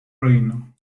reino